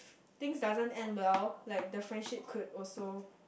things doesn't end well like the friendship could also